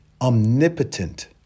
omnipotent